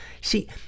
See